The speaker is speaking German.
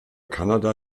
kanada